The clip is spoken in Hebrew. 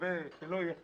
ומקווה שלא יהיה חירום,